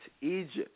Egypt